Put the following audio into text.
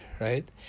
right